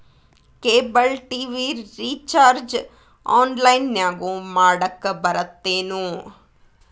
cable TV recharge ಆನ್ಲೈನ್ನ್ಯಾಗು ಮಾಡಕ ಬರತ್ತೇನು